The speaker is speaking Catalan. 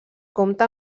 compta